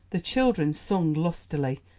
the children sung lustily,